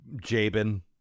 Jabin